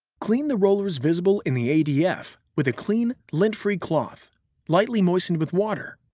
clean the rollers visible in the adf with a clean, lint-free cloth lightly moistened with water.